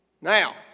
Now